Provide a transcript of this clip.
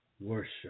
worship